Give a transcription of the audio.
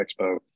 Expo